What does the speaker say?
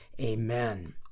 Amen